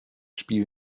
spiel